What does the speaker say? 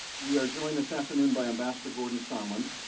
we are joined this afternoon by ambassador gordon sondland.